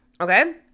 Okay